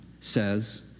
says